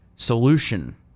solution